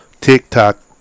TikTok